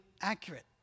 accurate